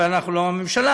אבל אנחנו לא הממשלה,